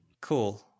Cool